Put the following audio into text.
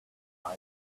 size